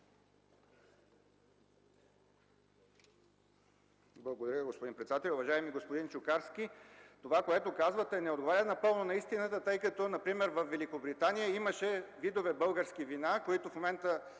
Благодаря, господин председател. Уважаеми господин Чукарски, това, което казвате, не отговаря напълно на истината, тъй като например във Великобритания имаше видове български вина, които в момента